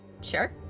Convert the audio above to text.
Sure